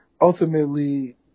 ultimately